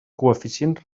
coeficients